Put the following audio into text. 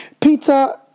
Peter